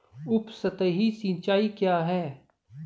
उपसतही सिंचाई क्या है?